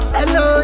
Hello